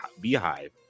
beehive